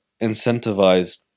incentivized